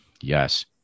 Yes